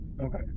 Okay